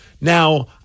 Now